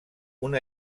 una